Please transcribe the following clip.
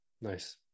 nice